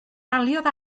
daliodd